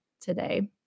today